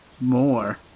more